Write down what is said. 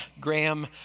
Graham